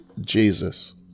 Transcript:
Jesus